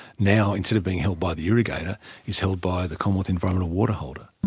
now instead of being held by the irrigator is held by the commonwealth environmental water holder.